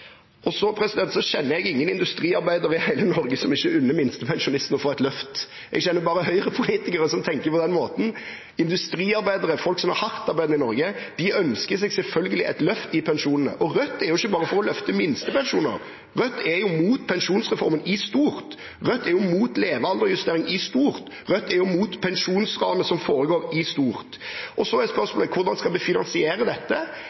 Så kjenner jeg ingen industriarbeidere i hele Norge som ikke unner minstepensjonistene å få et løft. Jeg kjenner bare Høyre-politikere som tenker på den måten. Industriarbeidere er folk som er hardtarbeidende i Norge. De ønsker seg selvfølgelig et løft i pensjonene, og Rødt er jo ikke bare for å løfte minstepensjoner, Rødt er mot pensjonsreformen i stort – Rødt er mot levealdersjustering i stort, Rødt er mot pensjonsranet som foregår i stort. Så er spørsmålet hvordan vi skal finansiere dette.